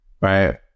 right